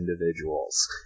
individuals